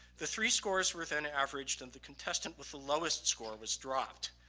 the three scores were then averaged and the contestant with the lowest score was dropped.